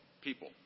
people